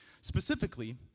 specifically